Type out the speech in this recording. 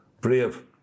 Brave